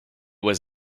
was